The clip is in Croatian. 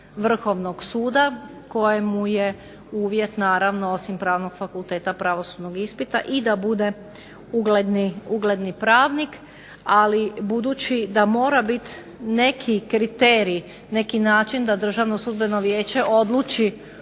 Vrhovnog suda kojemu je uvjet naravno osim Pravnog fakulteta, pravosudnog ispita i da bude ugledni pravnik, ali budući da mora biti neki kriterij, neki način da Državno sudbeno vijeće odluči